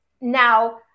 now